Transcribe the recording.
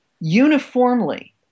uniformly